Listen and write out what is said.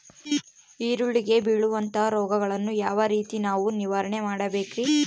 ಈರುಳ್ಳಿಗೆ ಬೇಳುವಂತಹ ರೋಗಗಳನ್ನು ಯಾವ ರೇತಿ ನಾವು ನಿವಾರಣೆ ಮಾಡಬೇಕ್ರಿ?